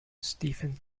stephen